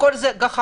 הכול זה גחמות.